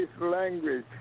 language